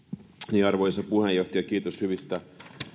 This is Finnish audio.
arvoisa puheenjohtaja kiitos hyvistä